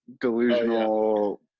delusional